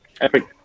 epic